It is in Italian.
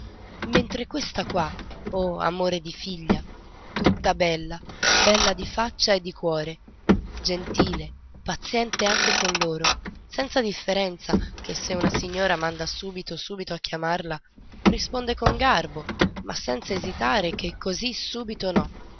mentre questa qua oh amore di figlia tutta bella bella di faccia e di cuore gentile paziente anche con loro senza differenza che se una signora manda subito subito a chiamarla risponde con garbo ma senza esitare che così subito no